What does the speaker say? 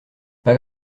pas